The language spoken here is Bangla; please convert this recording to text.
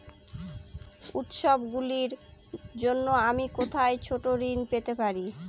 উত্সবগুলির জন্য আমি কোথায় ছোট ঋণ পেতে পারি?